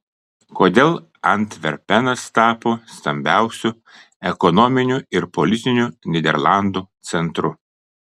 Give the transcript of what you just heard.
kodėl antverpenas tapo stambiausiu ekonominiu ir politiniu nyderlandų centru